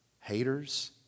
haters